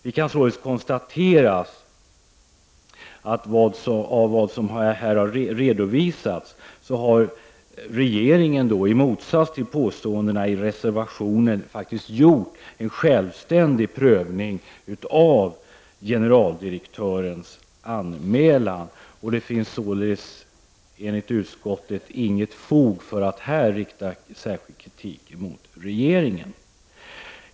Vi kan således med anledning av vad som här redovisats och i motsats till påståendena i reservationen konstatera att regeringen faktiskt har gjort en självständig prövning av generaldirektörens anmälan. Det finns enligt utskottet inget fog för att här rikta särskild kritik mot regeringen.